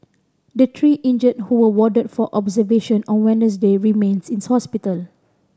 the three injured who were warded for observation on Wednesday remains in hospital